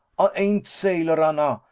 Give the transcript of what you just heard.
ay ain't sailor, anna.